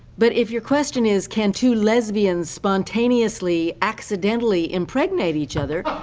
but if your question is, can two lesbians spontaneously accidentally impregnate each other,